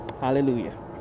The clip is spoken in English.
Hallelujah